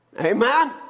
Amen